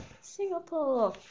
Singapore